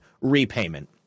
repayment